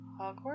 Hogwarts